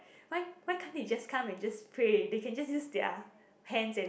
why why can't they just come and just pray they can just use their hands and